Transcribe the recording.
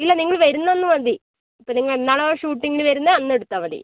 ഇല്ല നിങ്ങൾ വരുന്നെന്ന് മതി അപ്പോൾ നിങ്ങളെന്നാണോ ഷൂട്ടിങ്ങ്ന് വരുന്നത് അന്നെടുത്താൽ മതി